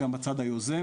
אלא בצד היוזם.